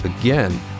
again